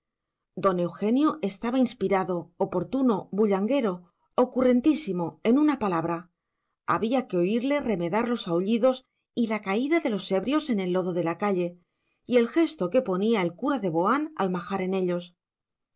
don eugenio estaba inspirado oportuno bullanguero ocurrentísimo en una palabra había que oírle remedar los aullidos y la caída de los ebrios en el lodo de la calle y el gesto que ponía el cura de boán al majar en ellos